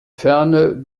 ferne